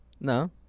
No